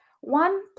One